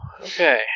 Okay